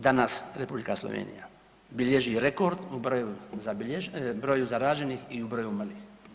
Danas Republika Slovenija bilježi rekord u broju zaraženih i u broju umrlih.